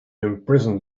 imprison